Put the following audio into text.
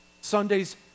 Sundays